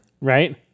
Right